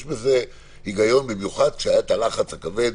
יש בזה היגיון, במיוחד כשהיה את הלחץ הכבד